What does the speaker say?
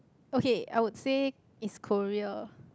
okay I would say it's Korea